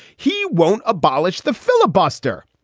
he won't abolish the filibuster.